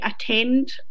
attend